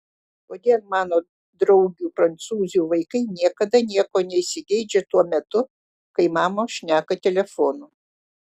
kodėl mano draugių prancūzių vaikai niekada nieko neįsigeidžia tuo metu kai mamos šneka telefonu